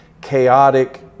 chaotic